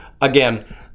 again